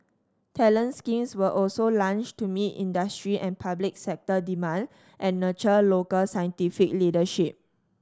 talent schemes were also launched to meet industry and public sector demand and nurture local scientific leadership